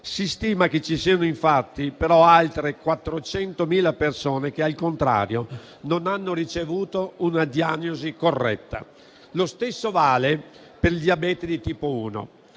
Si stima che ci siano infatti altre 400.000 persone che, al contrario, non hanno ricevuto una diagnosi corretta. Lo stesso vale per il diabete di tipo 1.